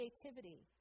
creativity